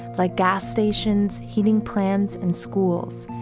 like gas stations, heating plans and schools,